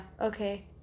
okay